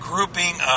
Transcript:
grouping